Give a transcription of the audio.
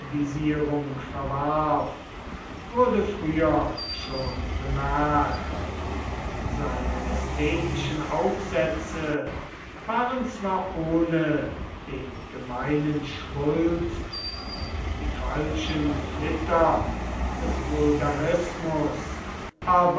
verwarf wurde früher schon bemerkt und seine ästhetischen aufsätze waren zwar ohne den gemeinen schwulst und die falschen flitter des